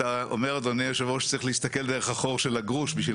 אתה אומר אדוני היושב-ראש שצריך להסתכל דרך החור של הגרוש בשביל